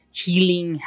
healing